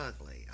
ugly